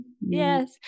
Yes